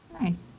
Nice